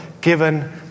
given